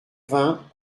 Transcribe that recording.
vingts